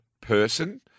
person